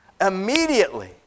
Immediately